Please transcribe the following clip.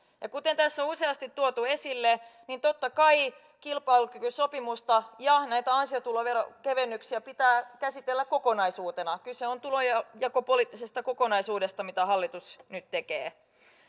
ja kuten tässä on useasti tuotu esille niin totta kai kilpailukykysopimusta ja näitä ansiotuloveron kevennyksiä pitää käsitellä kokonaisuutena kyse on tulonjakopoliittisesta kokonaisuudesta mitä hallitus nyt tekee